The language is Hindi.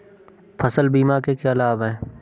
फसल बीमा के क्या लाभ हैं?